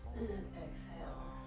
exhale.